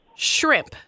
Shrimp